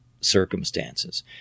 circumstances